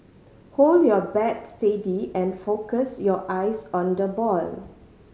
hold your bat steady and focus your eyes on the ball